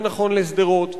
זה נכון לשדרות,